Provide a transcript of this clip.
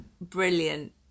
brilliant